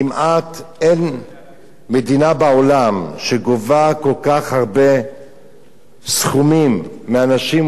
כמעט אין מדינה בעולם שגובה סכומים כל כך גבוהים מאנשים,